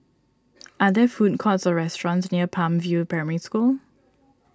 are there food courts or restaurants near Palm View Primary School